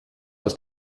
aus